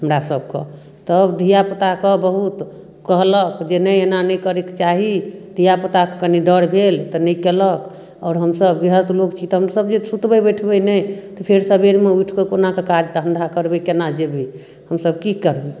हमरा सबके तब धियापुताके बहुत कहलक जे नहि एना नहि करैके चाही धियापुताके कनी डर भेल तऽ नहि कयलक आओर हमसब गिरहस्त लोक छी तऽ हमसब जे सुतबै बैठबै नहि तऽ फेर सबेरमे उठिकऽ केनाकऽ काज धन्धा करबै केना जेबै हमसब की करबै